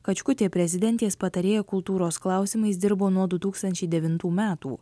kačkutė prezidentės patarėja kultūros klausimais dirbo nuo du tūkstančiai devintų metų